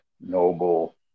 noble